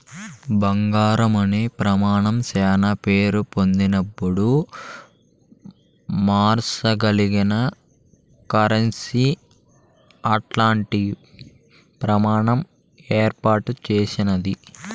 బంగారం అనే ప్రమానం శానా పేరు పొందినపుడు మార్సగలిగిన కరెన్సీ అట్టాంటి ప్రమాణం ఏర్పాటు చేసినాది